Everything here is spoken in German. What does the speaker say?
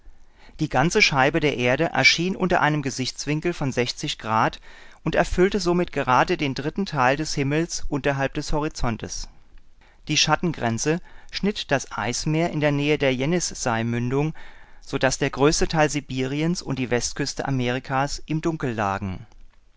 die ganze scheibe der erde erschien unter einem gesichtswinkel von sechzig grad und erfüllte somit gerade den dritten teil des himmels unterhalb des horizontes die schattengrenze schnitt das eismeer in der nähe der jenisseimündung so daß der größte teil sibiriens und die westküste amerikas im dunkel lagen